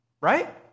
right